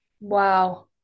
wow